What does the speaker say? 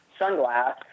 sunglass